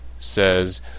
says